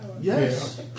Yes